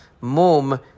mum